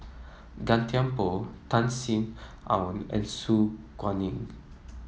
Gan Thiam Poh Tan Sin Aun and Su Guaning